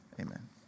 Amen